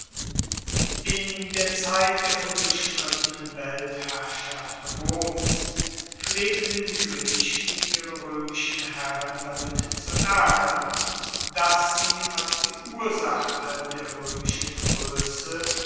in der zeit der unbestrittenen weltherrschaft roms pflegten die griechen ihre roemischen herren damit zu aergern dass sie als die ursache der roemischen